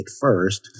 first